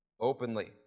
openly